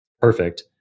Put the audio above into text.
Perfect